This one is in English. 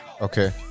Okay